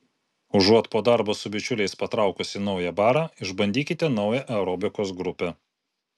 užuot po darbo su bičiuliais patraukusi į naują barą išbandykite naują aerobikos grupę